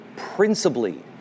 Principally